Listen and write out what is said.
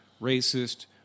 racist